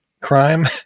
crime